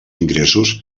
ingressos